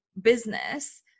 business